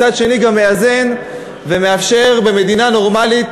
ומצד שני הוא גם מאזן ומאפשר במדינה נורמלית